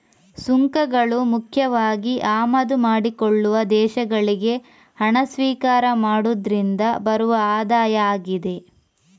ಸುಂಕಗಳು ಮುಖ್ಯವಾಗಿ ಆಮದು ಮಾಡಿಕೊಳ್ಳುವ ದೇಶಗಳಿಗೆ ಹಣ ಸ್ವೀಕಾರ ಮಾಡುದ್ರಿಂದ ಬರುವ ಆದಾಯ ಆಗಿದೆ